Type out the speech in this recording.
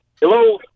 Hello